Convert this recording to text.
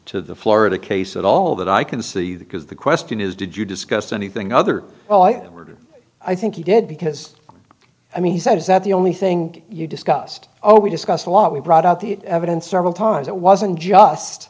to the florida case at all that i can see that because the question is did you discuss anything other well i murdered i think he did because i mean he said is that the only thing you discussed oh we discussed a lot we brought out the evidence several times it wasn't just